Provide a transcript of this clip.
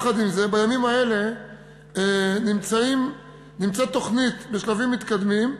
בימים האלה נמצאת תוכנית בשלבים מתקדמים,